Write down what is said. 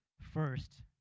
first